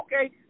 Okay